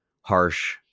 harsh